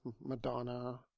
madonna